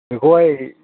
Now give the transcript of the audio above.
बेखौहाय